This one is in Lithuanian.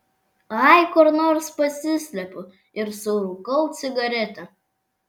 ai kur nors pasislepiu ir surūkau cigaretę